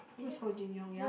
who's hong-Jin-Young yeah